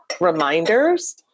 reminders